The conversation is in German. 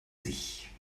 sich